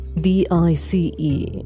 D-I-C-E